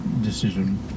decision